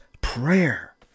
prayer